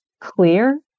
clear